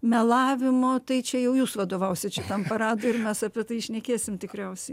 melavimo tai čia jau jūs vadovausit šitam paradui ir mes apie tai šnekėsim tikriausiai